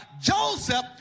Joseph